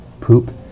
poop